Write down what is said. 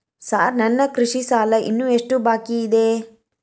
Sir ನನ್ನ ಕೃಷಿ ಸಾಲ ಇನ್ನು ಎಷ್ಟು ಬಾಕಿಯಿದೆ?